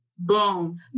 boom